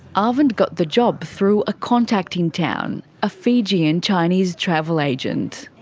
arvind got the job through a contact in town, a fijian chinese travel agent.